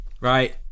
Right